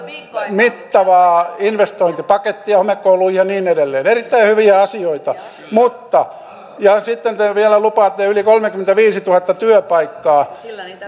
mittavaa investointipakettia homekouluihin ja niin edelleen erittäin hyviä asioita mutta sitten te vielä lupaatte yli kolmekymmentäviisituhatta työpaikkaa